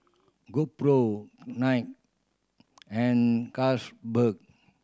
GoPro Night and Carlsberg